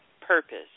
purpose